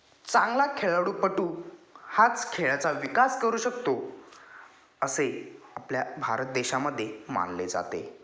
चांगला खेळाडूपटू हाच खेळाचा विकास करू शकतो असे आपल्या भारत देशामध्ये मानले जाते